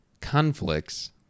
conflicts